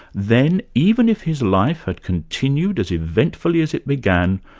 then, even if his life had continued as eventfully as it began,